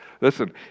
Listen